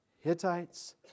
Hittites